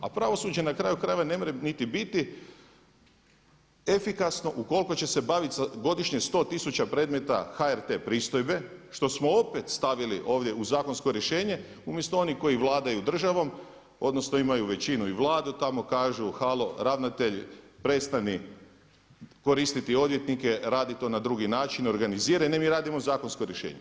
A pravosuđe na kraju krajeva ne mora niti biti efikasno ukoliko će se baviti godišnje sa 100tisuća predmeta HRT pristojbe što smo opet stavili ovdje u zakonsko rješenje, umjesto onih koji vladaju državom odnosno imaju većinu i Vladu, tamo kažu halo ravnatelj prestani koristiti odvjetnike radi to na drugi način, organiziraj, ne mi radimo zakonsko rješenje.